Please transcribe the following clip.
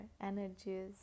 energies